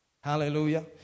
Hallelujah